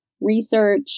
research